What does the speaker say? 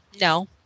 No